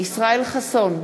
ישראל חסון,